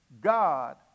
God